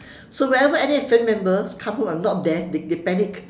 so whenever any family member come home I'm not there they panic